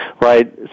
Right